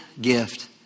gift